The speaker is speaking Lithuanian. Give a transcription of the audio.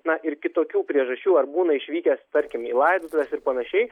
na ir kitokių priežasčių ar būna išvykęs tarkim į laidotuves ir panašiai